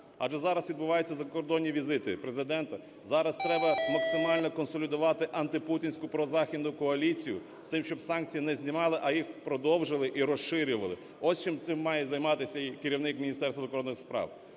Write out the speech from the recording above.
Адже зараз відбувається закордонні візити Президента, зараз треба максимально консолідуватиантипутінську прозахідну коаліцію з тим, щоб санкції не знімали, а їх продовжили і розширювали. Ось чим має займатися керівник Міністерства закордонних справ.